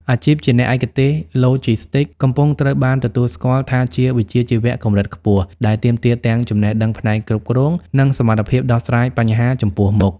អាជីពជាអ្នកឯកទេសឡូជីស្ទីកកំពុងត្រូវបានទទួលស្គាល់ថាជាវិជ្ជាជីវៈកម្រិតខ្ពស់ ដែលទាមទារទាំងចំណេះដឹងផ្នែកគ្រប់គ្រង និងសមត្ថភាពដោះស្រាយបញ្ហាចំពោះមុខ។